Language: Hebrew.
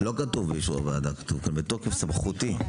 לא כתוב באישור הוועדה, כתוב פה: בתוקף סמכותי.